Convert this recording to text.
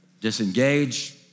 disengage